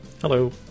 Hello